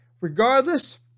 Regardless